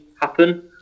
happen